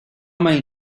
many